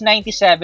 97